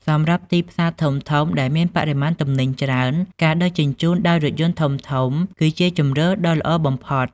សម្រាប់ទីផ្សារធំៗដែលមានបរិមាណទំនិញច្រើន ការដឹកជញ្ជូនដោយរថយន្តធំៗគឺជាជម្រើសដ៏ល្អបំផុត។